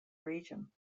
region